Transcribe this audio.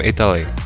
Italy